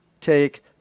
take